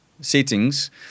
settings